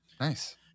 Nice